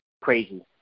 crazy